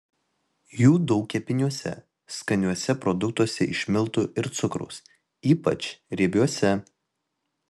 jų daug kepiniuose skaniuose produktuose iš miltų ir cukraus ypač riebiuose